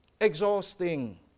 Exhausting